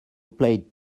played